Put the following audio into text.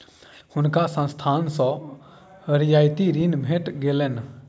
हुनका संस्थान सॅ रियायती ऋण भेट गेलैन